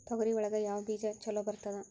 ತೊಗರಿ ಒಳಗ ಯಾವ ಬೇಜ ಛಲೋ ಬರ್ತದ?